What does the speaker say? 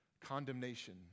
condemnation